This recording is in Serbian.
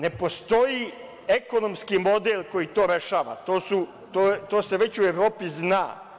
Ne postoji ekonomski model koji to rešava, to se već u Evropi zna.